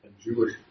Jewish